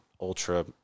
ultra-